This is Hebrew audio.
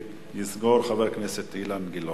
ויסגור, חבר הכנסת אילן גילאון.